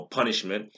punishment